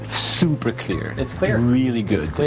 super clear. it's clear. really good